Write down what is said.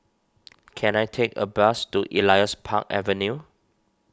can I take a bus to Elias Park Avenue